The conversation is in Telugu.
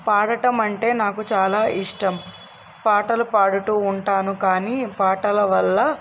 పాడటం అంటే నాకు చాలా ఇష్టం పాటలు పాడుతు ఉంటాను కానీ పాటల వల్ల